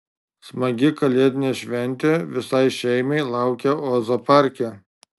smagi kalėdinė šventė visai šeimai laukia ozo parke